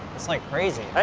it's like crazy.